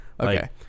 Okay